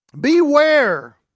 Beware